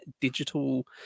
Digital